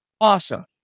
Awesome